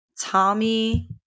Tommy